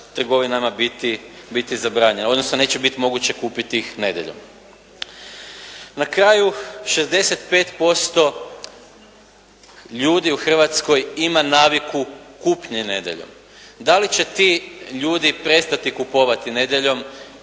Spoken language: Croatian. trgovinama biti zabranjene, odnosno neće biti moguće kupiti ih nedjeljom. Na kraju 65% ljudi u Hrvatskoj ima naviku kupnje nedjeljom. Da li će ti ljudi prestati kupovati nedjeljom,